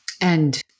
And-